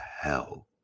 hell